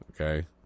Okay